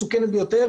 מסוכנת ביותר,